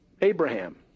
Abraham